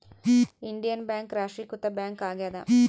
Indian Bank ರಾಷ್ಟ್ರೀಕೃತ bank ಆಗ್ಯಾದ